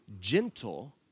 gentle